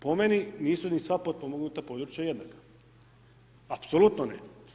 Po meni nisu ni sva potpomognuta područja jednaka, apsolutno ne.